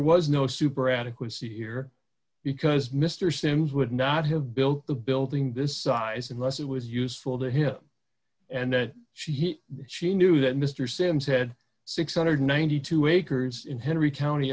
was no super adequacy here because mr sims would not have built the building this size unless it was useful to him and that she he she knew that mr simms had six hundred and ninety two acres in henry county